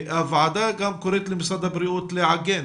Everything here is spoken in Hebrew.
הוועדה גם קוראת למשרד הבריאות לעגן